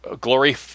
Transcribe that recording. glory